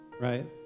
right